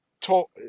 talk